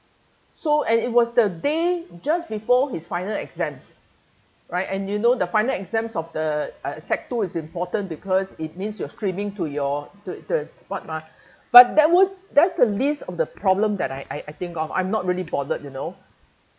so and it was the day just before his final exams right and you know the final exams of the uh sec two is important because it means you are streaming to your to the what mah but that would that's the least of the problem that I I think of I'm not really bothered you know